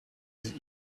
his